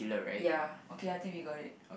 ya okay I think we got it